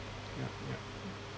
yup yup